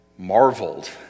marveled